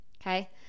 okay